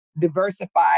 diversify